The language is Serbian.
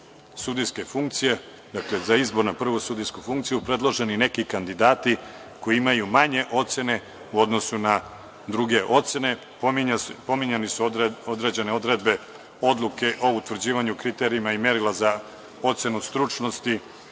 sudijske funkcije, za izbor na prvu sudijsku funkciju, predloženi neki kandidati koji imaju manje ocene u odnosu na druge ocene. Pominjane su određene odredbe Odluke o utvrđivanju kriterijuma i merila za ocenu stručnosti,